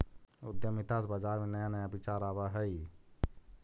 उद्यमिता से बाजार में नया नया विचार आवऽ हइ